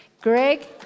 Greg